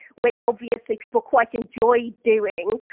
which obviously people quite enjoy doing,